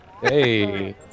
Hey